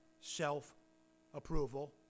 self-approval